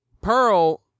pearl